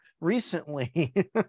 recently